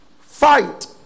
fight